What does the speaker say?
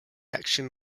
action